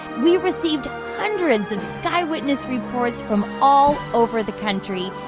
we received hundreds of sky witness reports from all over the country.